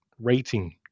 rating